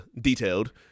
detailed